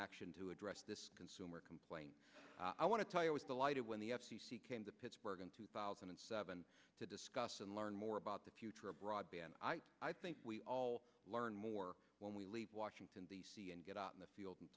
action to address this consumer complaint i want to tell you with the light when the f c c came to pittsburgh in two thousand and seven to discuss and learn more about the future of broadband i think we all learn more when we leave washington d c and get out in the field and